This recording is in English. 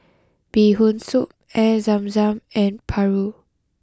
Bee Hoon Soup Air Zam Zam and Paru